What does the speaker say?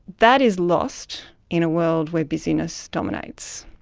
that is lost in a world where busyness dominates.